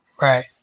Right